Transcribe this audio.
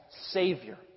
Savior